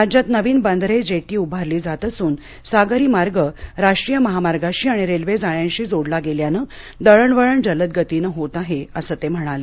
राज्यात नवीन बंदरे जेटी उभारली जात असून सागरी मार्ग राष्ट्रीय महामार्गाशी आणि रेल्वे जाळ्यांशी जोडला गेल्यानं दळणवळण जलद गतीनं होत आहे अस ते म्हणाले